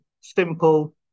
simple